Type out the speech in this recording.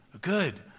Good